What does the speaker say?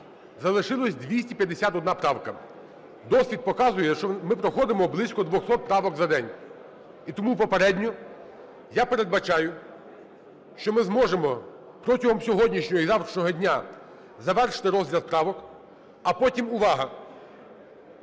Залишилося 251 правка. Досвід показує, що ми проходимо близько 200 правок за день. І тому попередньо я передбачаю, що ми зможемо протягом сьогоднішнього і завтрашнього дня завершити розгляд правок. А потім, увага,